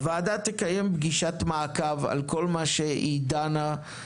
הוועדה תקיים פגישת מעקב על כל מה שהיא דנה בו.